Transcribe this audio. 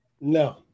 No